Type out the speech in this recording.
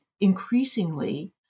increasingly